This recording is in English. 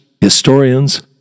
historians